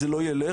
זה לא ילך,